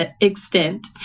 extent